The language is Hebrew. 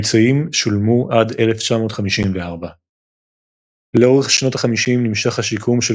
הפיצויים שולמו עד 1954. לאורך שנות ה-50 נמשך השיקום של